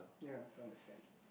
ya on the sand